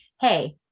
Hey